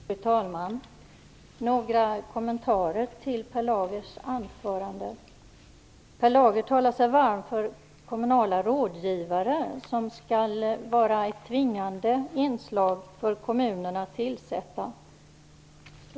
Fru talman! Jag har några kommentarer till Per Per Lager talar sig varm för kommunala rådgivare och att det skall vara ett tvingande inslag för kommunerna att tillsätta sådana.